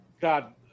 God